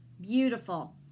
Beautiful